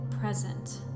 present